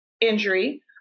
injury